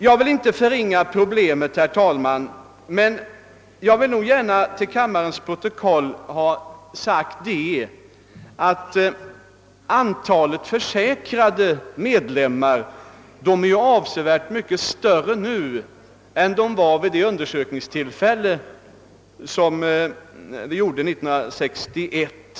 Jag vill inte förringa problemet, herr talman, men jag vill till kammarens protokoll ha sagt, att antalet försäkrade medlemmar nu är avsevärt mycket större än vid undersökningstillfället år 1961.